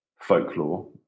folklore